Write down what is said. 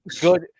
good